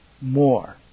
more